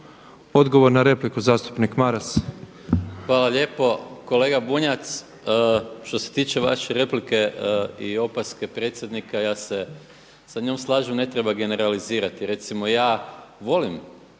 Odgovor na repliku zastupnik Maras. **Maras, Gordan (SDP)** Hvala lijepo. Kolega Bunjac, što se tiče vaše replike i opaske predsjednika, ja se sa njom slažem, ne treba generalizirati. Recimo ja volim